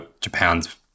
Japan's